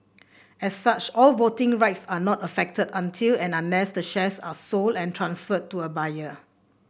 as such all voting rights are not affected until and unless the shares are sold and transferred to a buyer